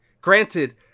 Granted